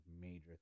major